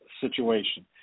situation